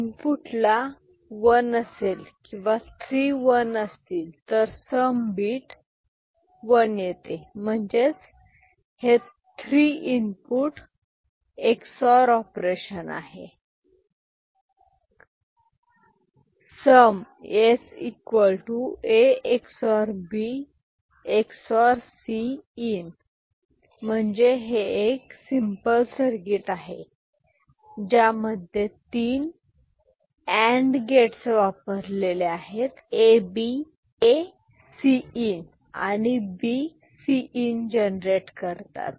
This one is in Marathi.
इनपुट ला वन असेल किंवा थ्री वन असतील तर सम बीट वन येते म्हणजेच हे थ्री इनपुट XOR ऑपरेशन आहे S A ⊕ B ⊕ Cin म्हणजे हे एक सिम्पल सर्किट आहे ज्यामध्ये तीन AND गेट्स वापरले आहेत जे AB ACin आणि BCin जनरेट करतात